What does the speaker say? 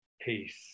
peace